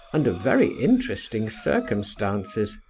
under very interesting circumstances.